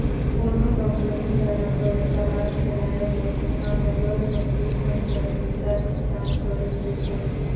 कोनो कंपनी ल बयपार चलाए बर उहां लगल मजदूर मन ल पइसा भुगतान करेच ले परथे